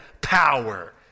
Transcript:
power